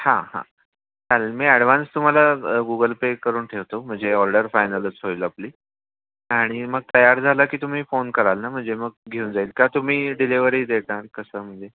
हा हा चालेल मी ॲडवान्स तुम्हाला गुगल पे करून ठेवतो म्हणजे ऑर्डर फायनलच होईल आपली आणि मग तयार झाला की तुम्ही फोन कराल ना म्हणजे मग घेऊन जाईल का तुम्ही डिलेवरी देणार कसं म्हणजे